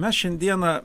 mes šiandieną